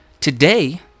Today